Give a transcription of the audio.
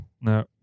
No